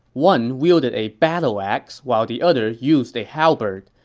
one wielded a battle axe, while the other used a halberd,